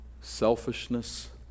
Selfishness